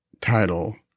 title